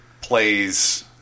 plays